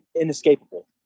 inescapable